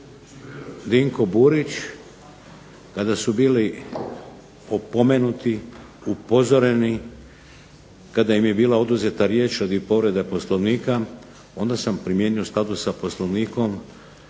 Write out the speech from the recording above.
Dinko Burić kada su bili opomenuti, upozoreni, kada im je bila oduzeta riječ radi povrede Poslovnika, onda sam primijenio u skladu sa Poslovnikom